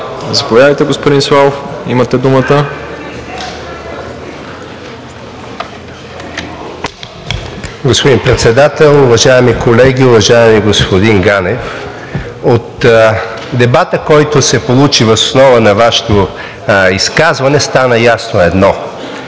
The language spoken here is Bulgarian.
Заповядайте, господин Славов, имате думата. АТАНАС СЛАВОВ (ДБ): Господин Председател, уважаеми колеги! Уважаеми господин Ганев, от дебата, който се получи въз основа на Вашето изказване, стана ясно едно.